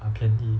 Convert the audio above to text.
err 便宜